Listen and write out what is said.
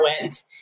went